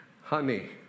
Honey